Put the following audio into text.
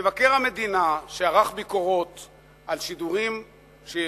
מבקר המדינה, שערך ביקורות על שידורי